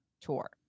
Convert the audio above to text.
tour